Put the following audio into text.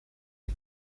and